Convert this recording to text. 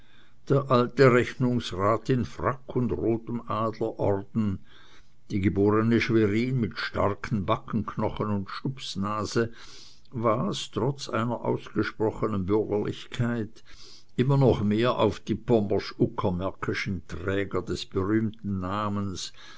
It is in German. der alte rechnungsrat in frack und rotem adlerorden die geborne schwerin mit starken backenknochen und stubsnase was trotz einer ausgesprochenen bürgerlichkeit immer noch mehr auf die pommersch uckermärkischen träger des berühmten namens